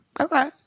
Okay